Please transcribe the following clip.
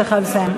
אתה חייב לסיים.